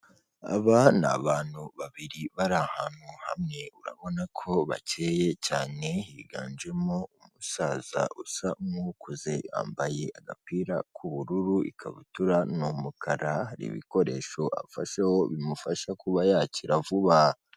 Aba ni abantu babiri bari ahantu hamwe, urabona ko bakeye cyane, higanjemo umusaza usa nkukuze yambaye agapira k'ubururu, ikabutura ni umukara, hari ibikoresho afasheho bimufasha kuba yakira vuba.